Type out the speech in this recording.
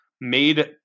made